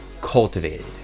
cultivated